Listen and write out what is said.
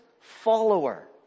follower